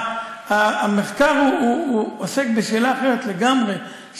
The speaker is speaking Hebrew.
המחקר עוסק בשאלה אחרת לגמרי,